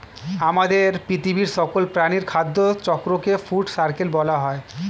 আমাদের পৃথিবীর সকল প্রাণীর খাদ্য চক্রকে ফুড সার্কেল বলা হয়